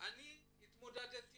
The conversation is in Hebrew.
"אני הגשתי מועמדות לעבודה,